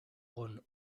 con